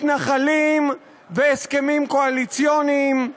מתנחלים והסכמים קואליציוניים,